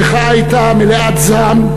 המחאה הייתה מלאת זעם,